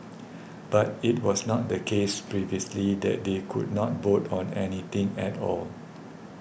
but it was not the case previously that they could not vote on anything at all